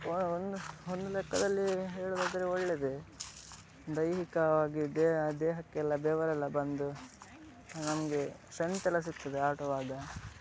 ಒ ಒಂದು ಒಂದು ಲೆಕ್ಕದಲ್ಲಿ ಹೇಳೋದಾದ್ರೆ ಒಳ್ಳೆದೆ ದೈಹಿಕವಾಗಿ ದೇಹ ದೇಹಕ್ಕೆಲ್ಲ ಬೆವರೆಲ್ಲ ಬಂದು ನಮಗೆ ಸ್ಟ್ರೆಂತ್ ಎಲ್ಲ ಸಿಗ್ತದೆ ಆಡುವಾಗ